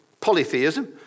polytheism